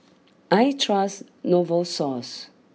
I trust Novosource